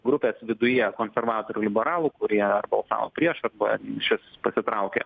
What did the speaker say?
grupės viduje konservatorių liberalų kurie ar balsavo prieš arba išvis pasitraukė